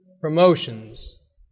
Promotions